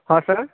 ହଁ ସାର୍